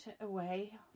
away